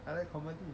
I like comedy